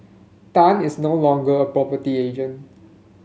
Tan is no longer a property agent